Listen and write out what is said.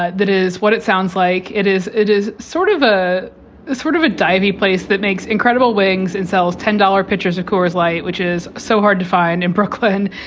that that is what it sounds like it is. it is sort of a sort of a divey place that makes incredible wings and sells ten dollars pitchers of coors light, which is so hard to find in brooklyn.